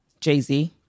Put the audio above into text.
Jay-Z